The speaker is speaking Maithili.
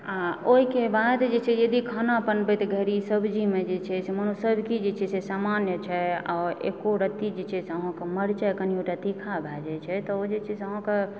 आ ओहिके बाद जे छै यदि खाना बनबैत घड़ी सब्ज़ीमे जे छै से माने सब किछु जे छै से सामान्य छै आ एको रती जे छै से अहाँके मरचाइ कनियो टा तीखा भए जाइत छै तऽओ जे छै से अहाँकेँ